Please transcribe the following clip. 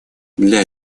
для